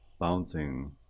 Bouncing